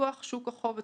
ופיתוח שוק החוב הציבורי.